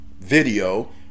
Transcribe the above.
video